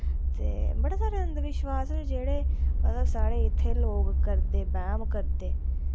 ते बड़े सारे अन्ध विश्वास न जेह्ड़े मतलव साढ़े इत्थें लोग करदे बैह्म करदे